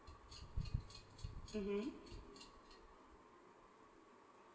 mmhmm